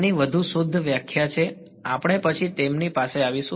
આની વધુ શુદ્ધ વ્યાખ્યા છે આપણે પછી તેમની પાસે આવીશું